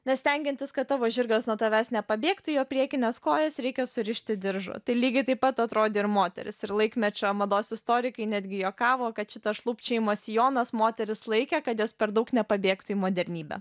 nes stengiantis kad tavo žirgas nuo tavęs nepabėgtų jo priekines kojas reikia surišti diržu tai lygiai taip pat atrodė ir moterys ir laikmečio mados istorikai netgi juokavo kad šitas šlubčiojimo sijonas moteris laikė kad jos per daug nepabėgtų į modernybę